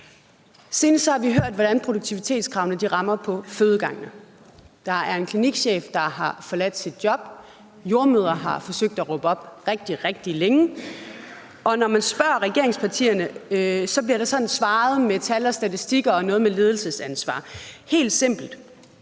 Senest har vi hørt, hvordan produktivitetskravene rammer på fødegangene. Der er en klinikchef, der har forladt sit job, jordemødre har forsøgt at råbe op rigtig, rigtig længe, og når man spørger regeringspartierne, bliver der svaret med tal og statistikker, og der bliver talt om ledelsesansvar. Mit